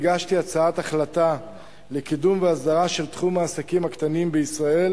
הגשתי הצעת החלטה לקידום והסדרה של תחום העסקים הקטנים בישראל,